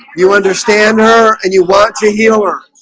you understand her and you want to heal her